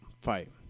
fight